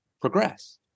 progress